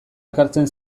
ekartzen